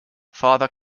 father